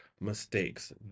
mistakes